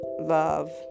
love